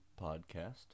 Podcast